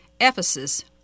Ephesus